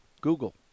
Google